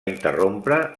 interrompre